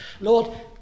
Lord